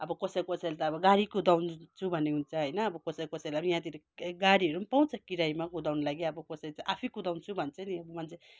अब कसै कसैले त अब गाडी कुदाउँछु भन्ने हुन्छ होइन अब कसै कसैलाई अब यहाँतिर गाडीहरू पाउँछ किरायमा कुदाउनुको लागि अब कसै चाहिँ आफैँ कुदाउँछु भन्छ नि अब मान्छे